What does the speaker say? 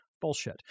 Bullshit